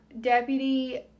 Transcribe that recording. Deputy